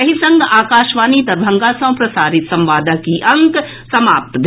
एहि संग आकाशवाणी दरभंगा सँ प्रसारित संवादक ई अंक समाप्त भेल